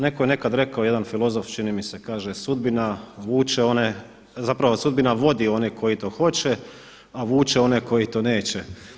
Neko je nekada rekao jedan filozof čini mi se kaže, sudbina vuče one zapravo sudbina vodi one koji to hoće, a vuče one koji to neće.